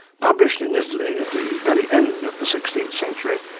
published in italy at the very end of the sixteenth century,